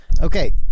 okay